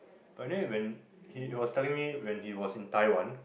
but then when he was telling me when he was in Taiwan